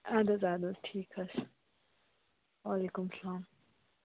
اَدٕ حظ اَدٕ حظ ٹھیٖک حظ وعلیکُم السَلام